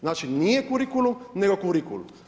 Znači, nije kurikulum nego kurikul.